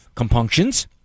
compunctions